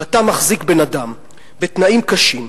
כשאתה מחזיק בן-אדם בתנאים קשים,